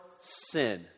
sin